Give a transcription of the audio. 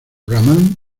rahman